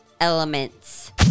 elements